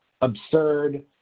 absurd